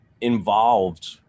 involved